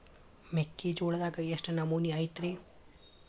ಮೆಕ್ಕಿಜೋಳದಾಗ ಎಷ್ಟು ನಮೂನಿ ಐತ್ರೇ?